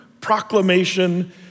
proclamation